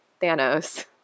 Thanos